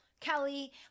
Kelly